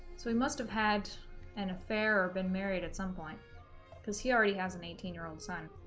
so he must have had an affair been married at some point because he already has an eighteen year old son